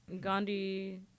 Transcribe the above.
Gandhi